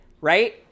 right